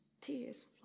tears